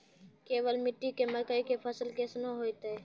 केवाल मिट्टी मे मकई के फ़सल कैसनौ होईतै?